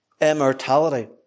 immortality